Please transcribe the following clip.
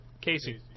Casey